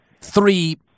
three